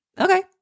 Okay